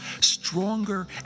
stronger